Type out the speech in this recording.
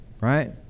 Right